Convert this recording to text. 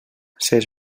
ses